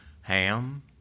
Ham